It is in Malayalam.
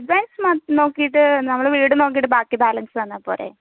അഡ്വാൻസ് നോക്കിയിട്ട് ബാക്കി വീട് നോക്കിട്ട് ബാക്കി ബാലൻസ് തന്നാൽ പോരെ